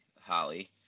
Holly